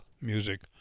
Music